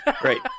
Great